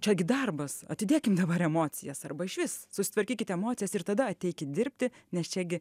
čia gi darbas atidėkim dabar emocijas arba išvis susitvarkykit emocijas ir tada ateikit dirbti nes čia gi